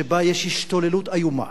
שבה יש השתוללות איומה